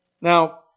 Now